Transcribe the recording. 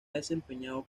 desempeñado